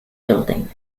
building